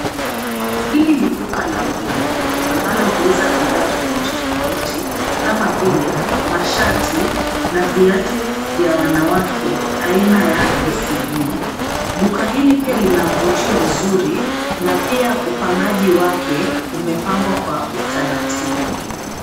Hili ni duka la nguo, ambalo huuza bidhaa tofauti tofauti, kama vile, mashati, na viatu, vya wanawake, aina ya visigino, duka hili pia lina mvutio mzuri na pia upangaji wake umepangwa kwa utaratibu.